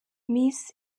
miss